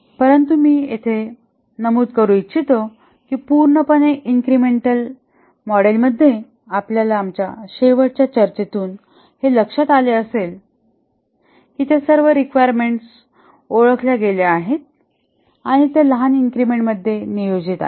परंतु मी येथे नमूद करू इच्छितो की पूर्णपणे इन्क्रिमेंटल मॉडेलमध्ये आपल्याला आमच्या शेवटच्या चर्चेतून हे लक्षात आले असेल की त्या सर्व रिक्वायरमेंट्स ओळखल्या गेल्या आहेत आणि त्या लहान इन्क्रिमेंट मध्ये नियोजित आहेत